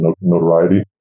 notoriety